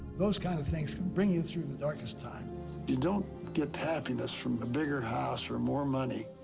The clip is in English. those kind of things can bring you through the darkest time. you don't get happiness from the bigger house or more money,